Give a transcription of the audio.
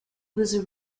was